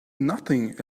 nothing